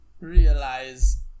realize